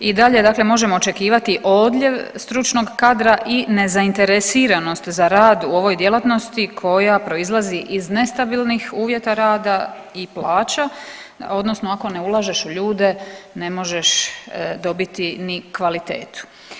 I dalje dakle možemo očekivati odljev stručnog kadra i nezainteresiranost za rad u ovoj djelatnosti koja proizlazi iz nestabilnih uvjeta rada i plaća odnosno ako ne ulažeš u ljude ne možeš dobiti ni kvalitetu.